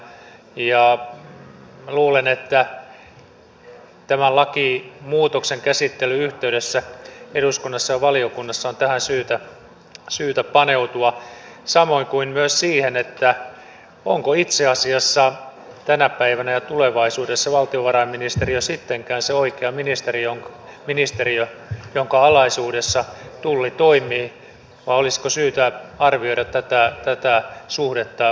minä luulen että tämän lakimuutoksen käsittelyn yhteydessä eduskunnassa ja valiokunnassa on tähän syytä paneutua samoin kuin myös siihen onko itse asiassa tänä päivänä ja tulevaisuudessa valtiovarainministeriö sittenkään se oikea ministeriö jonka alaisuudessa tulli toimii vai olisiko syytä arvioida tätä suhdetta uudella tavalla